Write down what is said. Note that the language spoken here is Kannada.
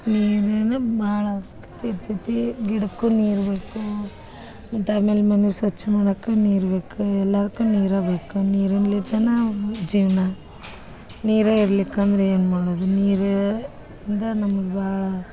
ನೀರು ಏನು ಭಾಳ ಅವ್ಸ್ಕತೆ ಇರ್ತೈತಿ ಗಿಡಕ್ಕೂ ನೀರು ಬೇಕು ಮತ್ತು ಆಮೇಲೆ ಮನೆ ಸ್ವಚ್ಛ ಮಾಡಕ್ಕೆ ನೀರು ಬೇಕು ಎಲ್ಲದ್ಕೆ ನೀರೇ ಬೇಕು ನೀರಿನ್ಲಿಂದನೇ ಜೀವನ ನೀರೇ ಇರ್ಲಿಕಂದ್ರೆ ಏನು ಮಾಡೋದು ನೀರಿಂದ ನಮ್ಗೆ ಭಾಳ